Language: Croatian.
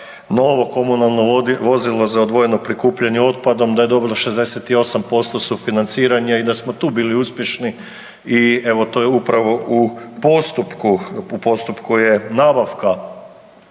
novo komunalno vozilo za odvojeno prikupljanje otpadom, da je dobilo 68% sufinanciranje i da smo tu bili uspješni i evo, to je upravo u postupku, u postupku je nabavka